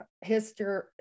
history